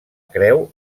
creu